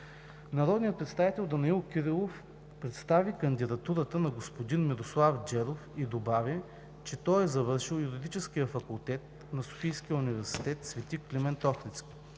Народният представител Данаил Кирилов представи кандидатурата на господин Мирослав Джеров и добави, че той е завършил Юридическия факултет на Софийския университет „Св. Климент